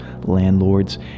landlords